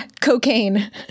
cocaine